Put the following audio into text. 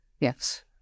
Yes